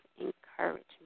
encouragement